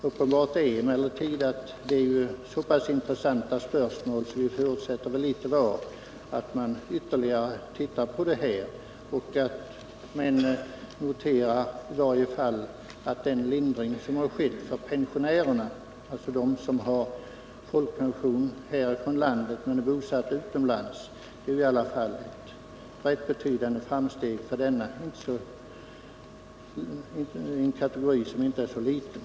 Uppenbart är emellertid att det är så pass intressanta spörsmål att vi förutsätter litet var att man ytterligare ser på detta. Jag noterar i varje fall att den lindring som har skett för pensionärerna — alltså för dem som har betydande framsteg för denna kategori, som inte är så liten.